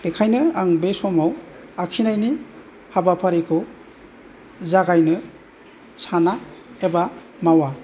बेखायनो आं बे समाव आखिनायनि हाबाफारिखौ जागायनो साना एबा मावा